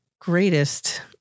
greatest